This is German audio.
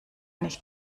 nicht